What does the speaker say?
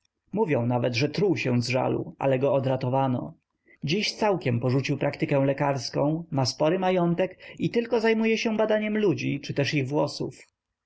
mówią nawet że truł się z żalu ale go odratowano dziś całkiem porzucił praktykę lekarską ma spory majątek i tylko zajmuje się badaniem ludzi czy też ich włosów